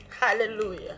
Hallelujah